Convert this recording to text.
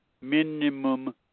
minimum